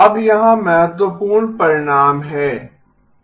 अब यहाँ महत्वपूर्ण परिणाम है